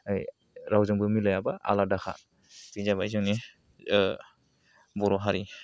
रावजोंबो मिलाया बा आलादाखा बे जाबाय जोंनि बर' हारि